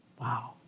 Wow